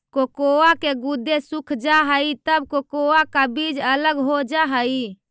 cocoa के गुदे सूख जा हई तब कोकोआ का बीज अलग हो जा हई